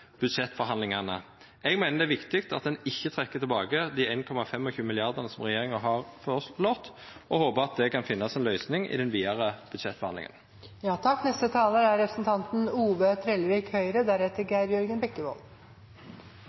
budsjettforhandlingane? Eg meiner det er viktig at ein ikkje trekkjer tilbake dei 1,25 mrd. kr som regjeringa har føreslått, og håpar at det kan finnast ei løysing i den vidare budsjettbehandlinga. Mens Høgre, Framstegspartiet, Kristeleg Folkeparti og Venstre er